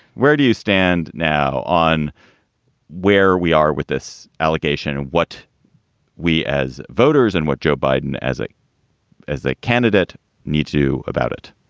where do you stand now on where we are with this allegation and what we as voters and what joe biden as a as a candidate need to do about it?